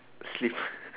sleep